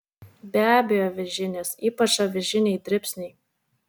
be abejo avižinės ypač avižiniai dribsniai